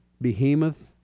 behemoth